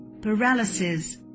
paralysis